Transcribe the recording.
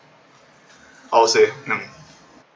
I would say mm